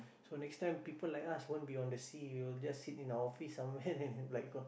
so next time people like us won't be on the sea we'll just sit in our office somewhere like got